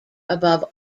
above